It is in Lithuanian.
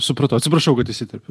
supratau atsiprašau kad įsiterpiau